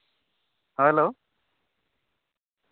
hello